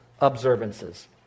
observances